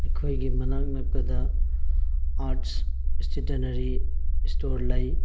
ꯑꯩꯈꯣꯏꯒꯤ ꯃꯅꯥꯛ ꯅꯛꯄꯗ ꯑꯥꯔꯠꯁ ꯏꯁꯇꯦꯇꯅꯔꯤ ꯏꯁꯇꯣꯔ ꯂꯩ